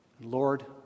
Lord